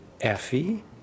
Effie